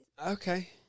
Okay